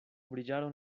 brillaron